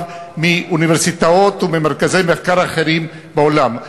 מאוניברסיטאות וממרכזי מחקר אחרים בעולם.